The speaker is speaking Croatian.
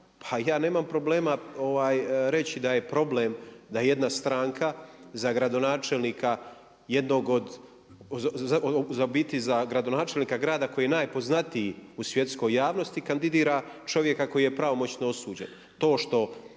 pa ja nemam problema reći da je problem da jedna stranka za gradonačelnika jednog od, u biti za gradonačelnika grada koji je najpoznatiji u svjetskoj javnosti kandidira čovjeka koji je pravomoćno osuđen.